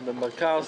גם במרכז,